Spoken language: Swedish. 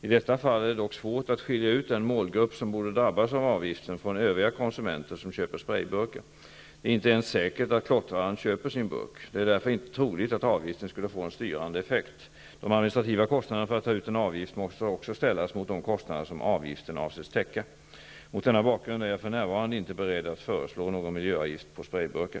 I detta fall är det dock svårt att skilja ut den målgrupp som borde drabbas av avgiften från övriga konsumenter som köper sprayburkar. Det är inte ens säkert att klottraren köper sin burk. Det är därför inte troligt att avgiften skulle få en styrande effekt. De administrativa kostnaderna för att ta ut en avgift måste också ställas mot de kostnader som avgiften avses täcka. Mot denna bakgrund är jag för närvarande inte beredd att föreslå någon miljöavgift på sprayburkar.